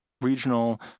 regional